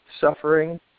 suffering